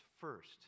first